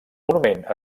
monument